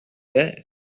that